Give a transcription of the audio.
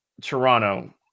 Toronto